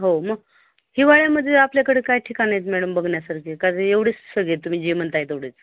हो मग हिवाळ्यामध्ये आपल्याकडे काय ठिकाणं आहेत मॅडम बघण्यासारखे का एवढेच सगळे तुम्ही जे म्हणताय एवढेच